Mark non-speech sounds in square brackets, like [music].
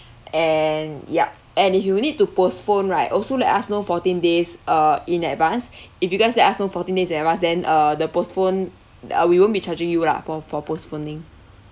and yup and if you will need to postpone right also let us know fourteen days uh in advance [breath] if you guys let us know fourteen days in advance then uh the postpone uh we won't be charging you lah for for postponing